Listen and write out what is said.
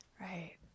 Right